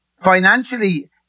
financially